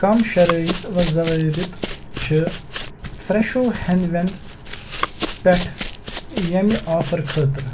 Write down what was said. کم شرائط و ضوابط چھِ فرٛٮ۪شو ہٮ۪نٛد وٮ۪نٛد پٮ۪ٹھ ییٚمہِ آفر خٲطرٕ؟